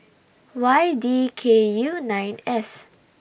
Y D K U nine S